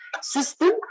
System